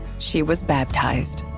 she was baptized.